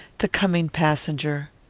the coming passenger.